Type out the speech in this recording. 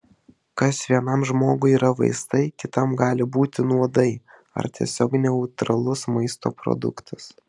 kas vienam žmogui yra vaistai kitam gali būti nuodai ar tiesiog neutralus maisto produktas